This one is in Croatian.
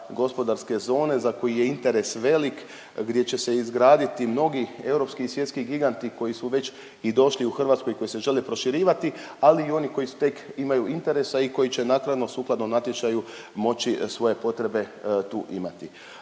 gospodarske zone za koje je interes velik, gdje će se izraditi mnogi europski i svjetski giganti koji su već i došli u Hrvatsku i koji se žele proširivati, ali i oni koji su tek, imaju interesa i koji će naknadno, sukladno natječaju moći svoje potrebe tu imati.